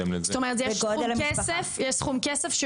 זאת אומרת, יש סכום כסף שמתחלק,